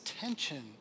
tension